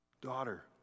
Daughter